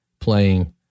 Playing